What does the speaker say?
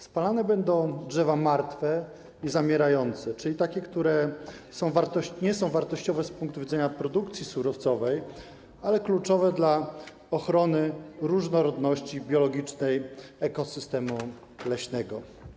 Spalane będą drzewa martwe i zamierające, czyli takie, które nie są wartościowe z punktu widzenia produkcji surowcowej, ale są kluczowe jeśli chodzi o ochronę różnorodności biologicznej ekosystemu leśnego.